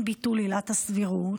עם ביטול עילת הסבירות.